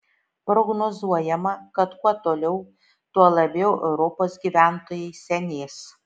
prognozuojama kad kuo toliau tuo labiau europos gyventojai senės